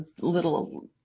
little